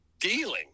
dealing